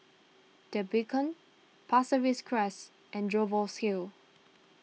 the Beacon Pasir Ris Crest and Jervois Hill